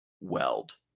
weld